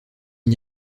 n’y